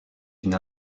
une